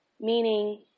meaning